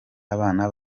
abana